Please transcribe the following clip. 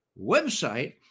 website